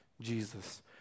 Jesus